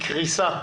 מקריסה